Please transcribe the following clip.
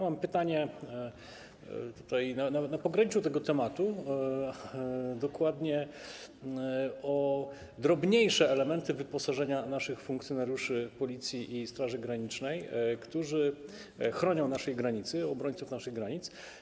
Mam pytanie na pograniczu tego tematu, a dokładnie - o drobniejsze elementy wyposażenia naszych funkcjonariuszy Policji i Straży Granicznej, którzy chronią naszą granicę, obrońców naszych granic.